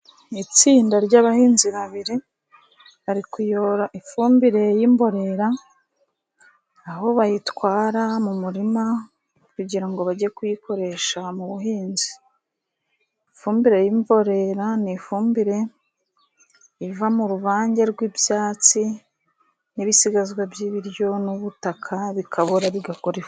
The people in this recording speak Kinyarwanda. Itsinda ry'abahinzi babiri bari kuyora ifumbire y'imborera, aho bayitwara mu murima kugira ngo bajye kuyikoresha mu buhinzi. Ifumbire y'imborera ni ifumbire iva mu ruvange rw'ibyatsi, n'ibisigazwa by'ibiryo, n'ubutaka bikabora bigakora ifumbire.